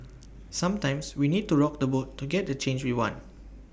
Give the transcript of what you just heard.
sometimes we need to rock the boat to get the change we want